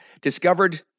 discovered